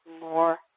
More